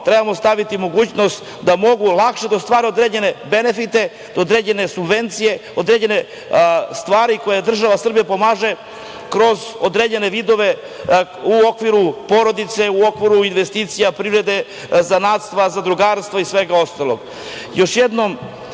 trebamo dati mogućnost da mogu lakše da ostvare određene benefite, određene subvencije, određene stvari koje država Srbija pomaže kroz odrene vidove u okviru porodice, u okviru investicija privrede, zanatstva, zadrugarstva i svega ostalog. Još